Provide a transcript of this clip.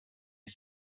ist